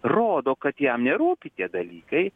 rodo kad jam nerūpi tie dalykai